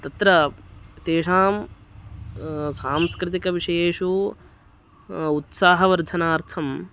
तत्र तेषां सांस्कृतिकविषयेषु उत्साहवर्धनार्थं